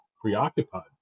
preoccupied